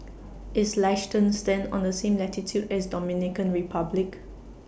IS Liechtenstein on The same latitude as Dominican Republic